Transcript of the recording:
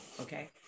Okay